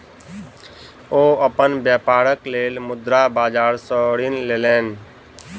ओ अपन व्यापारक लेल मुद्रा बाजार सॅ ऋण लेलैन